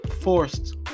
forced